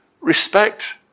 Respect